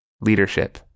leadership